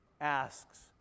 asks